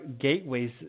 gateways